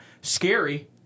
scary